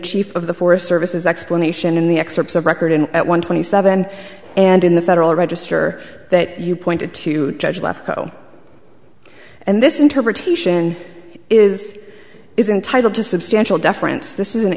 chief of the forest services explanation in the excerpts of record and at one twenty seven and in the federal register that you pointed to judge lefkow and this interpretation is is entitled to substantial deference this is an